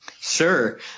Sure